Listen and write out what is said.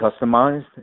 customized